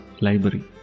library